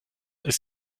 ist